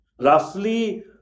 roughly